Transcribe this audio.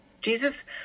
Jesus